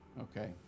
Okay